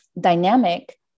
dynamic